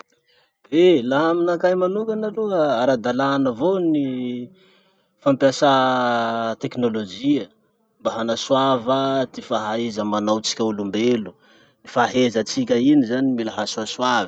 Eh! laha aminakahy manokana aloha, ara-dalana avao ny fampiasa tekinolojia mba hanasoava ty faheza manao tsika olombelo. Fahezatsika iny zany mila hasoasoavy.